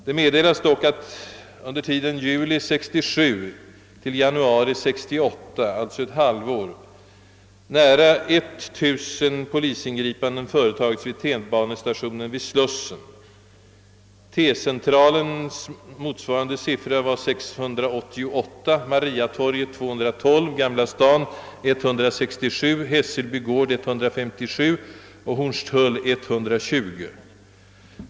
Det meddelas dock att under tiden juli 1967—januari 1968, alltså ungefär ett halvår, nära 1000 polisingripanden företagits vid tunnelbanestationen vid Slussen. Motsvarande siffra för T-centralen var 688, för Mariatorget 212, för Gamla stan 167, för Hässelby gård 157 och för Hornstull 120.